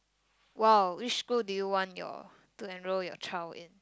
!wow! which school do you want your to enroll your child in